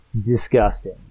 disgusting